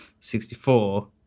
64